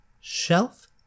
shelf